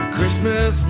Christmas